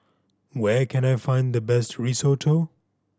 where can I find the best Risotto